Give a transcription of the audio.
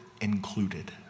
included